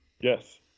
Yes